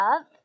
up